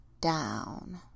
down